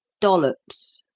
dollops.